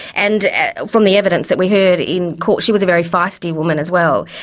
and from the evidence that we heard in court she was a very feisty woman as well,